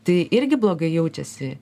tai irgi blogai jaučiasi